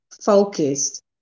focused